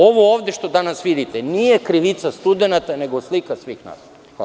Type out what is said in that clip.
Ovo ovde što danas vidite nije krivica studenata, nego slika svih nas.